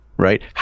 right